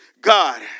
God